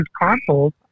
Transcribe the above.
consoles